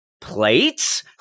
Plates